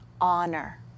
Honor